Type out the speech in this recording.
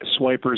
swipers